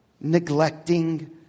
neglecting